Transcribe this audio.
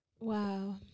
Wow